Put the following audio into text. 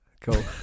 Cool